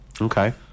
Okay